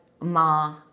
ma